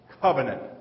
covenant